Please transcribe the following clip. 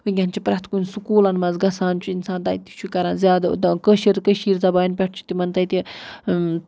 وٕنکٮ۪ن چھُ پرٮ۪تھ کُنہِ سکوٗلَن منٛز گَژھان چھُ اِنسان تَتہِ تہِ چھُ کَران زیادٕ کٲشِر کٔشیٖر زَبانہِ پٮ۪ٹھ چھُ تِمَن تَتہِ